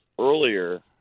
earlier